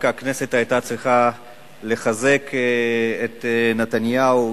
הכנסת היתה צריכה לחזק את נתניהו.